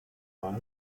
that